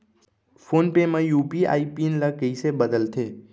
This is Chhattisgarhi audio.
फोन पे म यू.पी.आई पिन ल कइसे बदलथे?